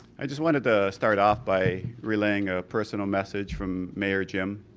i just wanted to start off by relaying a person message from mayor jim.